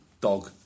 dog